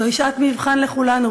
זוהי שעת מבחן לכולנו,